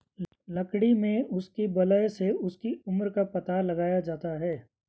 लकड़ी में उसकी वलय से उसकी उम्र का पता लगाया जाता है